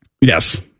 Yes